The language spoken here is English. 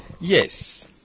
Yes